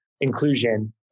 inclusion